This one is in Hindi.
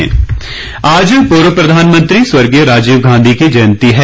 जयंती आज पूर्व प्रधानमंत्री स्वर्गीय राजीव गांधी की जयंती है